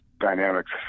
dynamics